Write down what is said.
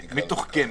מתוחכמת.